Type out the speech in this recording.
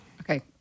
Okay